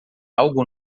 algo